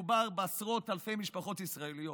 מדובר בעשרות אלפי משפחות ישראליות.